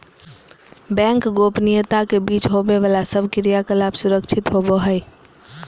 bank गोपनीयता के बीच होवे बाला सब क्रियाकलाप सुरक्षित होवो हइ